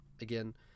again